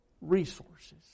resources